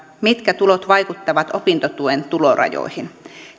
mitkä tulot vaikuttavat opintotuen tulorajoihin